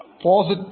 positive